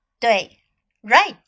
对。Right